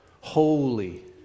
holy